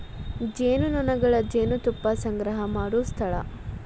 ಜೇನುನೊಣಗಳು ಜೇನುತುಪ್ಪಾ ಸಂಗ್ರಹಾ ಮಾಡು ಸ್ಥಳಾ